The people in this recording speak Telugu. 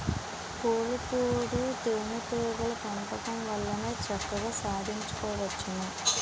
పూలపుప్పొడి తేనే టీగల పెంపకం వల్లనే చక్కగా సాధించుకోవచ్చును